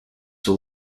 will